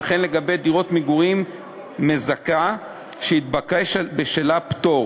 וכן לגבי דירות מגורים מזכה שהתבקש בשלה פטור